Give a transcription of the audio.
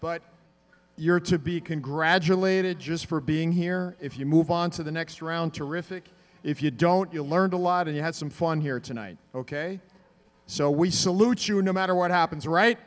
but you're to be congratulated just for being here if you move on to the next round terrific if you don't you'll learn a lot and you have some fun here tonight ok so we salute you no matter what happens right